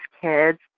kids